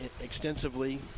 extensively